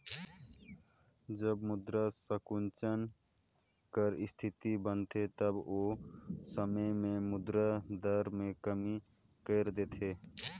जब मुद्रा संकुचन कर इस्थिति बनथे तब ओ समे में मुद्रा दर में कमी कइर देथे